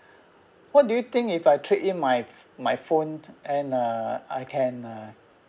what do you think if I trade in my my phone and uh I can uh